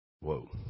Whoa